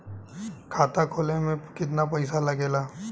खाता खोले में कितना पैसा लगेला?